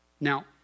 Now